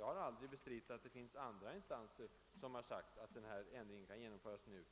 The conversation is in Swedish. Jag har aldrig bestridit att det finns andra instanser som sagt att ändringen kan genomföras nu.